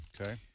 Okay